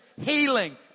healing